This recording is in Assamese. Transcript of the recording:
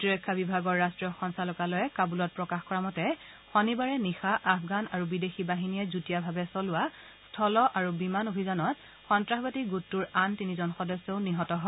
প্ৰতিৰক্ষা বিভাগৰ ৰাষ্ট্ৰীয় সঞ্চালকালয়ে কাবুলত প্ৰকাশ কৰা মতে শনিবাৰে নিশা আফগান আৰু বিদেশী বাহিনীয়ে যুটীয়াভাৱে চলোৱা স্থল আৰু বিমান অভিযানত সন্তাসবাদী গোটটোৰ আন তিনিজন সদস্যও নিহত হয়